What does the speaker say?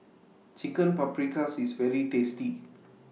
Chicken Paprikas IS very tasty